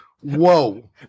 whoa